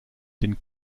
den